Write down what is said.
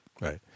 Right